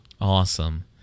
Awesome